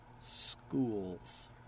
schools